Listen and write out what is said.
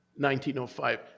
1905